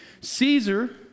Caesar